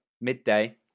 midday